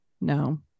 No